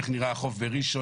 איך נראה החוף בראשון,